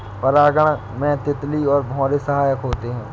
परागण में तितली और भौरे सहायक होते है